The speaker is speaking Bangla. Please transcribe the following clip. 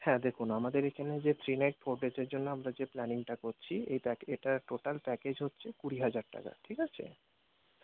হ্যাঁ দেখুন আমাদের এখানে যে থ্রি নাইট ফোর ডেজের জন্য আমরা যে প্ল্যানিংটা করছি এটা এটার টোটাল প্যাকেজ হচ্ছে কুড়ি হাজার টাকা ঠিক আছে